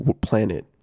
planet